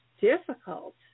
difficult